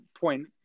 point